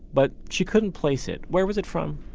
but she couldn't place it where was it from?